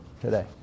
today